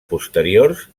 posteriors